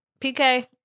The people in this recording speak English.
pk